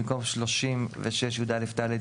במקום "36יא(ד),